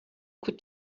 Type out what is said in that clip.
could